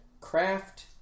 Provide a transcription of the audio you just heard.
craft